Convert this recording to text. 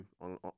on